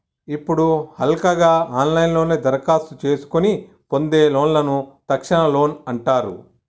ఇప్పుడు హల్కగా ఆన్లైన్లోనే దరఖాస్తు చేసుకొని పొందే లోన్లను తక్షణ లోన్ అంటారు